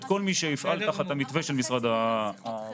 כל מי שיפעל תחת המתווה של משרד הבריאות.